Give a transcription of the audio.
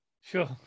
Sure